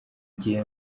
gihe